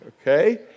Okay